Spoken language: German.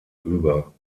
über